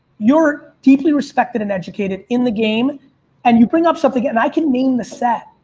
you're deeply respected and educated in the game and you bring up something and i can name the set,